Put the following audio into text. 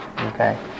Okay